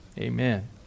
Amen